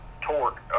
torque